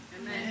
Amen